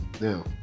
Now